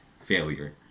failure